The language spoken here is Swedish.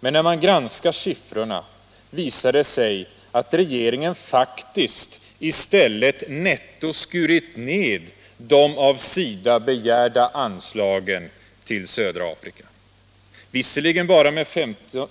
Men då man granskar siffrorna visar det sig att regeringen faktiskt i stället netto skurit ned de av SIDA begärda anslagen till södra Afrika — visserligen bara med